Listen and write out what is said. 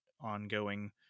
ongoing